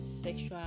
sexual